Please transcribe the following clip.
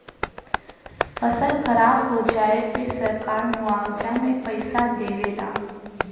फसल खराब हो जाये पे सरकार मुआवजा में पईसा देवे ला